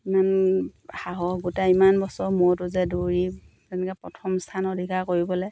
ইমান সাহস গোটেই ইমান বছৰৰ মূৰতো যে দৌৰি যেনেকৈ প্ৰথম স্থান অধিকাৰ কৰিবলৈ